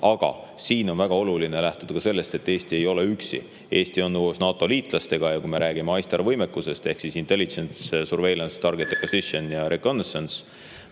aga siin on väga oluline lähtuda ka sellest, et Eesti ei ole üksi. Eesti on koos NATO liitlastega. Kui me räägime ISTAR‑võimekusest – [inglise keeles]intelligence, surveillance, target acquisitionjareconnaissance–